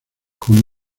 con